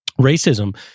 racism